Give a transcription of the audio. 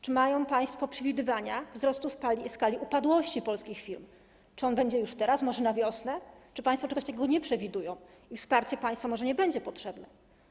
Czy mają państwo przewidywania co do wzrostu skali upadłości polskich firm, czy nastąpi on już teraz, może na wiosnę, czy państwo czegoś takiego nie przewidują i wsparcie państwa nie będzie potrzebne?